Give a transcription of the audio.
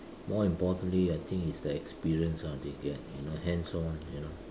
more importantly I think is the experience they get you know hands on you know